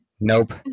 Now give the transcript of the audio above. Nope